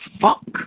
Fuck